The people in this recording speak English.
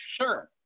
Sure